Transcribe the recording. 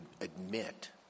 admit